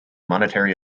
monetary